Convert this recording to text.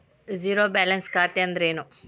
Zero balance ಖಾತೆ ಅಂದ್ರೆ ಏನು?